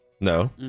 No